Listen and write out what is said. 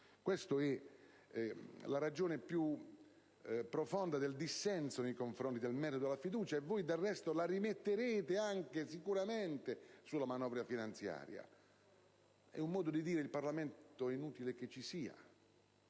Questa è la ragione più profonda del dissenso nei confronti del merito della fiducia. Voi del resto la rimetterete sicuramente anche sulla manovra finanziaria. È un modo di dire: è inutile che il